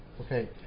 Okay